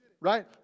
right